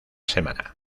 semana